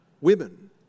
women